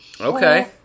Okay